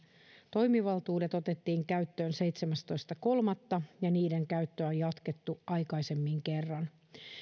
toimivaltuudet otettiin käyttöön seitsemästoista kolmatta ja niiden käyttöä on jatkettu aikaisemmin kerran